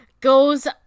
goes